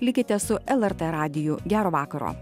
likite su lrt radiju gero vakaro